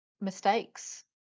mistakes